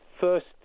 first